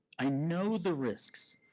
i know the risks,